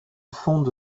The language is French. fonde